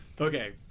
Okay